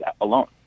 alone